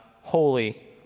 holy